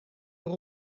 maar